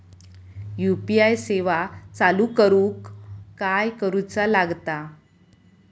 UPI सेवा चालू करूक काय करूचा लागता?